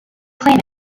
claim